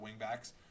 wingbacks